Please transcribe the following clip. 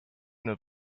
nur